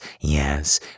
Yes